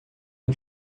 uma